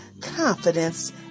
confidence